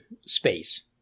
space